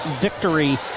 victory